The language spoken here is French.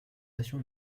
nation